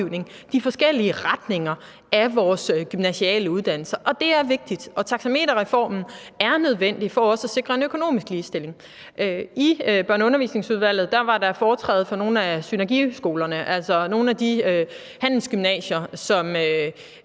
de forskellige retninger af vores gymnasiale uddannelser. Det er vigtigt, og taxameterreformen er nødvendig for også at sikre en økonomisk ligestilling. I Børne- og Undervisningsudvalget var der foretræde fra nogle af synergiskolerne, altså nogle af de handelsgymnasier,